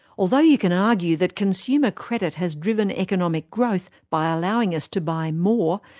although you can argue that consumer credit has driven economic growth by allowing us to buy more,